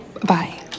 Bye